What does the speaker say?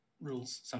rules